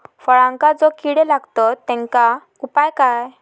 फळांका जो किडे लागतत तेनका उपाय काय?